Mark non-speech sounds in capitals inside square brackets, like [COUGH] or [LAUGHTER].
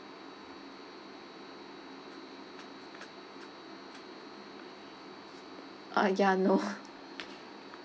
ah ya no [LAUGHS]